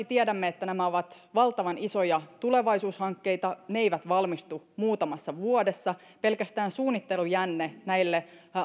tiedämme että nämä ovat valtavan isoja tulevaisuushankkeita ne eivät valmistu muutamassa vuodessa pelkästään suunnittelujänne näille